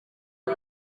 uyu